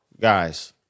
Guys